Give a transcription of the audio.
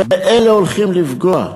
באלה הולכים לפגוע.